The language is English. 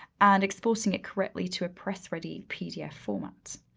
and exporting it correctly to a press ready pdf format.